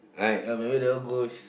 uh maybe that one go